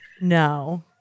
No